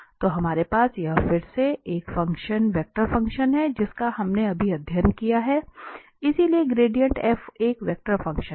तो हमारे पास यह फिर से एक वेक्टर फंक्शन है जिसका हमने अभी अध्ययन किया है इसलिए ग्रेडिएंट f एक वेक्टर फंक्शन है